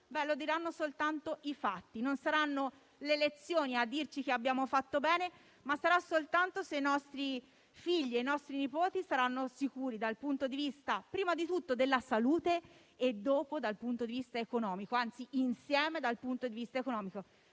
lo diranno soltanto i fatti; non saranno le elezioni a dirci che abbiamo fatto bene, ma lo sapremo soltanto se i nostri figli e i nostri nipoti saranno sicuri prima di tutto dal punto di vista della salute e, poi, dal punto di vista economico; anzi, insieme dal punto di vista economico.